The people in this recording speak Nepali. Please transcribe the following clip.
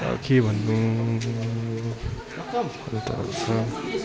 अब के भन्नु